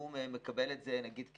הוא מקבל את זה, נגיד,